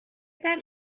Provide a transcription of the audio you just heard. that